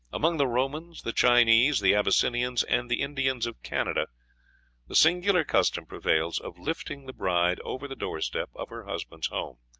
among the romans, the chinese, the abyssinians, and the indians of canada the singular custom prevails of lifting the bride over the door-step of her husband's home.